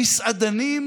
המסעדנים,